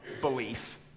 belief